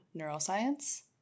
neuroscience